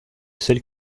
seul